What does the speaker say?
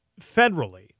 federally